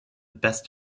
best